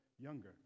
younger